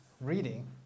reading